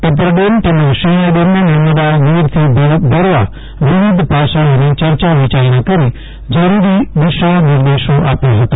Tappar dam તેમજ શિણાય ડેમને નર્મદા નીરથી ભરવા વિવિધ પાસાંઓની ચર્ચા વિચારણા કરી જરૂરી દિશા નિર્દેશો આપ્યાં ફતા